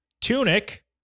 Tunic